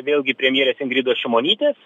vėlgi premjerės ingridos šimonytės